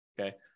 okay